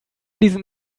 diesen